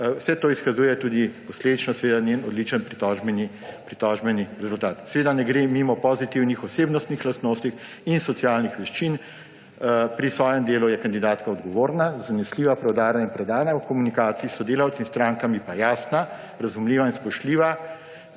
Vse to izkazuje tudi posledično seveda njen odličen pritožbeni rezultat. Seveda ne gre mimo pozitivnih osebnostnih lastnosti in socialnih veščin. Pri svojem delu je kandidatka odgovorna, zanesljiva, preudarna in predana, v komunikaciji s sodelavki in s strankami pa jasna, razumljiva in spoštljiva,